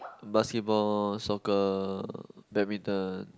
basketball soccer badminton